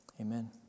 amen